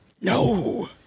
No